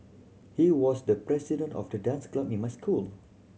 he was the president of the dance club in my school